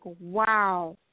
wow